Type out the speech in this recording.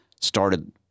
started